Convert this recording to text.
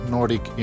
Nordic